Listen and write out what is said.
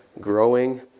growing